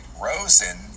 rosen